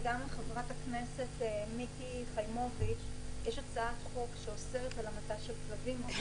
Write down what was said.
וגם לחברת הכנסת מיקי חיימוביץ' יש הצעת חוק שאוסרת על המתה של כלבים.